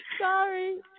Sorry